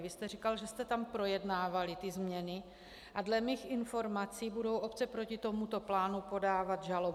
Vy jste říkal, že jste tam projednávali ty změny, a dle mých informací budou obce proti tomuto plánu podávat žalobu.